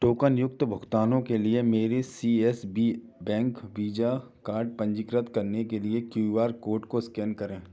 टोकनयुक्त भुगतानों के लिए मेरे C S B bank Visa card पंजीकृत करने के लिए क्यू आर कोड को स्कैन करें